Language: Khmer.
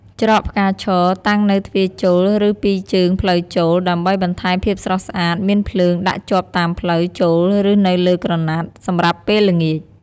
ច្រកផ្កាឈរ តាំងនៅទ្វារចូលឬពីរជើងផ្លូវចូល ដើម្បីបន្ថែមភាពស្រស់ស្អាត មានភ្លើងដាក់ជាប់តាមផ្លូវចូលឬនៅលើក្រណាត់ សម្រាប់ពេលល្ញាច។